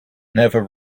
never